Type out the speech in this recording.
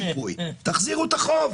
תחזירו את החוב.